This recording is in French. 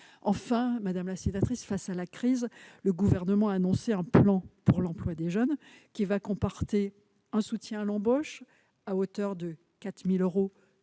mentionnez. Enfin, face à la crise, le Gouvernement a annoncé un plan pour l'emploi des jeunes. Il comportera un soutien à l'embauche à hauteur de 4 000 euros